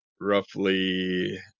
roughly